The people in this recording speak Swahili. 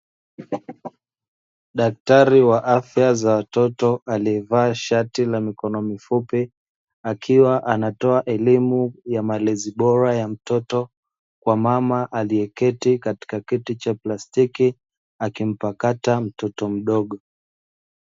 Daktari wa afya za watoto aliyevaa shati la mikono mifupi akiwa anatoa elimu ya malezi bora ya mtoto kwa mama aliyeketi katika kiti cha plastiki akimpakata mtoto mdogo.